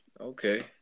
okay